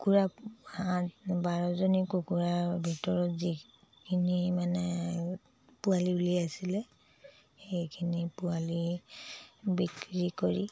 কুকুৰা আঠ বাৰজনী কুকুৰাৰ ভিতৰত যিখিনি মানে পোৱালি উলিয়াইছিলে সেইখিনি পোৱালি বিক্ৰী কৰি